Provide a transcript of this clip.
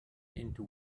into